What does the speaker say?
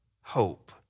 hope